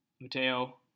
Mateo